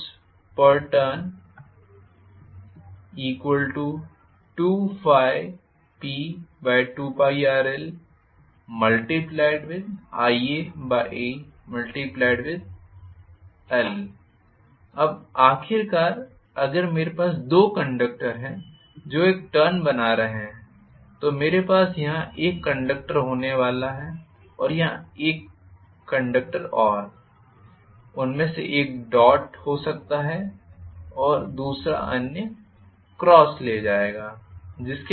force प्रति बारी force पर टर्न2∅P2πrlIaal अब आखिरकार अगर मेरे पास 2 कंडक्टर हैं जो एक टर्न बना रहे हैं तो मेरे पास यहाँ एक कंडक्टर होने वाला है और यहाँ एक कंडक्टर और उनमें से एक डॉट हो सकता है और अन्य दूसरा क्रॉस ले जाएगा